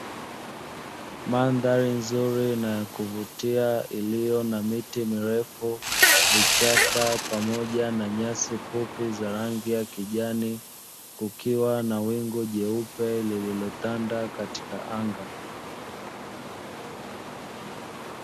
Mandhari nzuri na yakuvutia iliyo na miti mirefu, vichaka pamoja na nyasi fupi za rangi ya kijani. Kukiwa na wingu jeupe lililotanda katika anga.